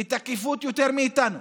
בתקיפות יותר מאיתנו,